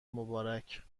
مبارک